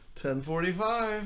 10.45